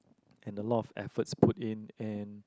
and a lot of efforts put in and